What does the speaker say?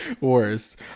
worse